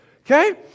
okay